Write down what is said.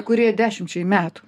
kurie dešimčiai metų